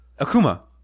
Akuma